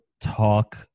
talk